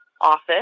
office